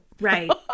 Right